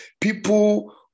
people